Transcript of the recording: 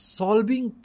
solving